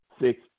six